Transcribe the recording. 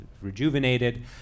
rejuvenated